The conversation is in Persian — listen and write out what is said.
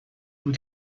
بود